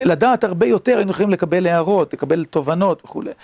לדעת הרבה יותר, היינו צריכים לקבל הערות, לקבל תובנות וכולי.